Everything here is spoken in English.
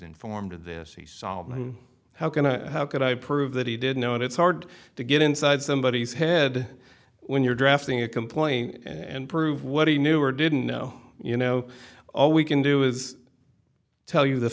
informed of this he saw how going to how could i prove that he didn't know and it's hard to get inside somebody's head when you're drafting a complaint and prove what he knew or didn't know you know all we can do is tell you the